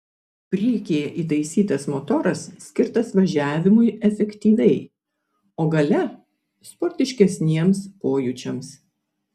priekyje įtaisytas motoras skirtas važiavimui efektyviai o gale sportiškesniems pojūčiams